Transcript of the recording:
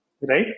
right